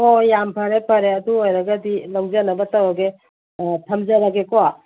ꯑꯣ ꯌꯥꯝ ꯐꯔꯦ ꯐꯔꯦ ꯑꯗꯨ ꯑꯣꯏꯔꯒꯗꯤ ꯂꯧꯖꯅꯕ ꯇꯧꯔꯒꯦ ꯊꯝꯖꯔꯒꯦꯀꯣ